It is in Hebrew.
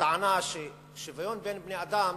בטענה ששוויון בין בני-אדם,